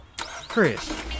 Chris